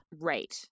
Right